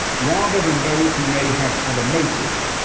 rather than those who may have other motives.